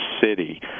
city